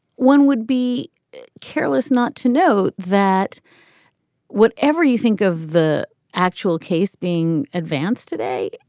one would be careless not to know that whatever you think of the actual case being advanced today.